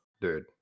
dude